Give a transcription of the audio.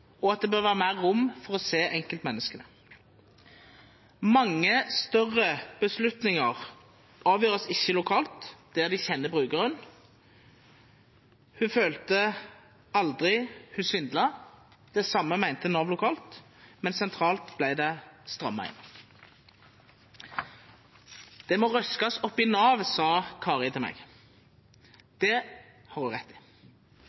og at det bør være mer rom for å se enkeltmennesket. Mange større beslutninger avgjøres ikke lokalt, der de kjenner brukeren. Hun følte aldri at hun svindlet. Det samme mente Nav lokalt, men sentralt ble det strammet inn. Det må røskes opp i Nav, sa Kari til meg. Det har hun rett i. Hun forteller om positive ansatte i